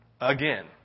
again